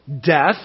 death